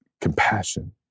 compassion